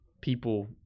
people